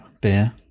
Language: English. beer